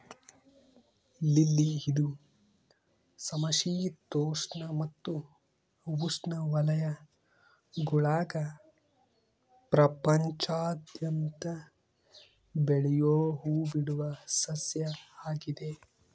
lily ಇದು ಸಮಶೀತೋಷ್ಣ ಮತ್ತು ಉಷ್ಣವಲಯಗುಳಾಗ ಪ್ರಪಂಚಾದ್ಯಂತ ಬೆಳಿಯೋ ಹೂಬಿಡುವ ಸಸ್ಯ ಆಗಿದೆ